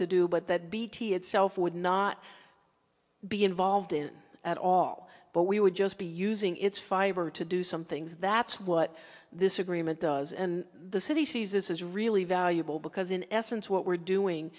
to do but that bt itself would not be involved in at all but we would just be using its fiber to do some things that's what this agreement does and the city sees this is really valuable because in essence what we're doing